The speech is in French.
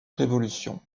révolution